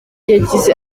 yagize